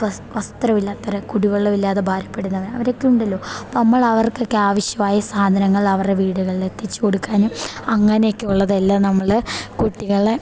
വസ് വസ്ത്രമില്ലാത്തവർ കുടിവെള്ളമില്ലാതെ ഭാരപ്പെടുന്ന അവരൊക്കെ ഉണ്ടല്ലോ അപ്പം നമ്മൾ അവർക്കൊക്കെ ആവശ്യമായ സാധനങ്ങൾ അവരുടെ വീടുകളിലെത്തിച്ച് കൊടുക്കാനും അങ്ങനെയൊക്കെ ഉള്ളതെല്ലാം നമ്മൾ കുട്ടികളെ